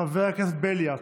חבר הכנסת בליאק,